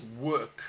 work